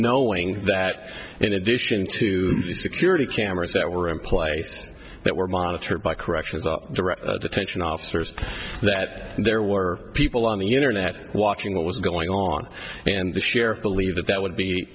knowing that in addition to the security cameras that were in place that were monitored by corrections detention officers that there were people on the internet watching what was going on and the sheriff believe that that would be